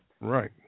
Right